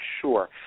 sure